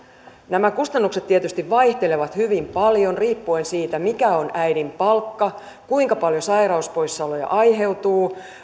nämä kustannukset tietysti vaihtelevat hyvin paljon riippuen siitä mikä on äidin palkka kuinka paljon sairauspoissaoloja aiheutuu